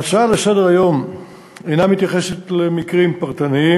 ההצעה לסדר-היום אינה מתייחסת למקרים פרטניים,